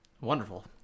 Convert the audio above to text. Wonderful